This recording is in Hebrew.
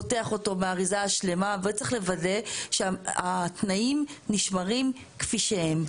אם הוא פותח אותו מהאריזה השלמה וצריך לוודא שהתנאים נשמרים כפי שהם.